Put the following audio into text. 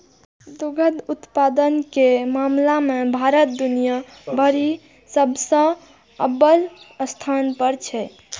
दुग्ध उत्पादन के मामला मे भारत दुनिया भरि मे सबसं अव्वल स्थान पर छै